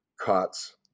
COTS